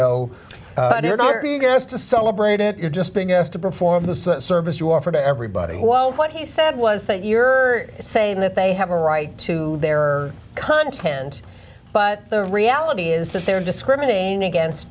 asked to celebrate it you're just being asked to perform the service you offer to everybody while what he said was that you're saying that they have a right to their content but the reality is that they're discriminating against